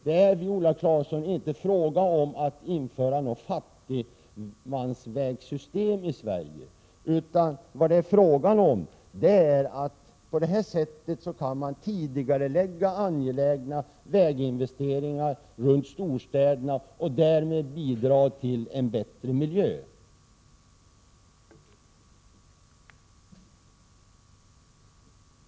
Det är, Viola Claesson, inte fråga om att införa något fattigmansvägsystem, men på detta sätt kan man tidigarelägga angelägna väginvesteringar runt storstäderna och därmed bidra till en bättre miljö.